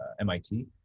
MIT